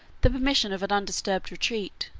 the permission of an undisturbed retreat.